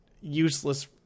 useless